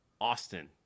Austin